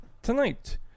Tonight